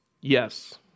Yes